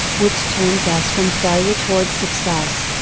which turns us from failure towards success.